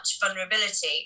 vulnerability